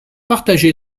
partagés